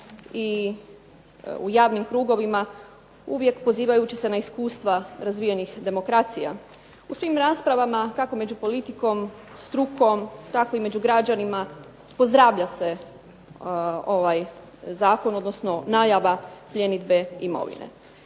i u javnim krugovima uvijek pozivajući se na iskustva razvijenih demokracijama. U svim raspravama kako među politikom, strukom tako i među građanima pozdravlja se ovaj Zakon, odnosno najava pljenidbe imovine.